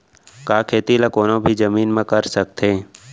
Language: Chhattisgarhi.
का खेती ला कोनो भी जमीन म कर सकथे?